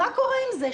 מה קורה עם זה?